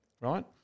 right